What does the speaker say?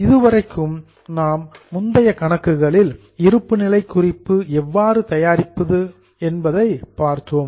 இதுவரைக்கும் நாம் முந்தைய கணக்குகளில் இருப்புநிலைக் குறிப்பு எவ்வாறு தயாரிப்பது என்பதை பார்த்தோம்